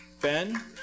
Ben